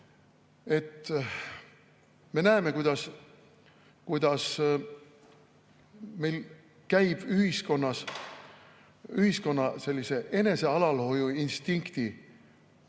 me näeme, kuidas meil käib ühiskonnas sellise enesealalhoiuinstinkti